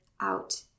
out